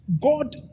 God